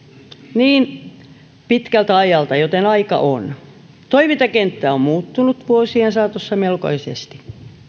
niin pitkältä ajalta joten aika on toimintakenttä on muuttunut vuosien saatossa melkoisesti